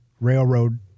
railroad